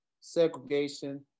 segregation